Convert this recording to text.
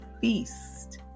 feast